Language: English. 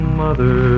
mother